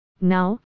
Now